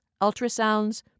ultrasounds